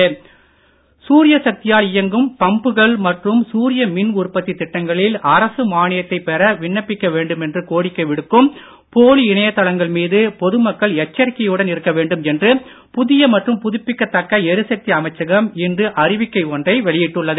குசும் திட்டம் சூரிய சக்தியால் இயங்கும் பம்புகள் மற்றும் சூரிய மின் உற்பத்தி திட்டங்களில் அரசு மானியத்தை பெற விண்ணப்பிக்க வேண்டுமென்று கோரிக்கை விடுக்கும் போலி இணையதளங்கள் மீது பொது மக்கள் எச்சரிக்கையுடன் இருக்க வேண்டும் என்று புதிய மற்றும் புதுப்பிக்க தக்க எரிசக்தி அமைச்சகம் இன்று அறிவிக்கை ஒன்றை வெளியிட்டுள்ளது